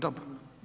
Dobro.